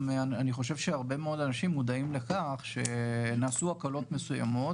אני חושב שהרבה מאוד אנשים מודעים לכך שנעשו הקלות מסוימות.